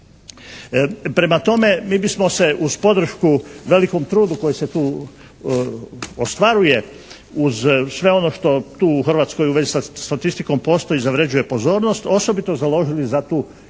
Prema tome, mi bismo se uz podršku velikom trudu koji se tu ostvaruje uz sve ono što tu u Hrvatskoj u vezi sa statistikom postoji i zavređuje pozornost, osobito založili za tu i